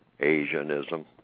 asianism